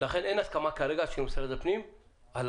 לכן אין הסכמה כרגע של משרד הפנים על